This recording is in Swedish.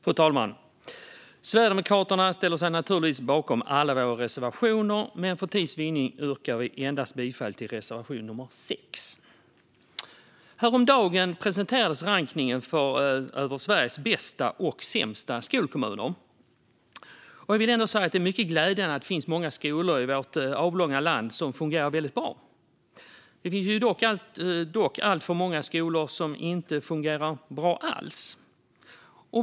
Fru talman! Sverigedemokraterna ställer sig naturligtvis bakom alla våra reservationer, men för tids vinnande yrkar jag bifall till endast reservation nummer 6. Häromdagen presenterades rankningen över Sveriges bästa och sämsta skolkommuner. Jag vill ändå säga att det är mycket glädjande att det finns många skolor i vårt avlånga land som fungerar bra, men det finns dock alltför många skolor som inte fungerar bra alls.